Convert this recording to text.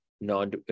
non